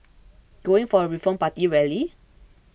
going for a Reform Party rally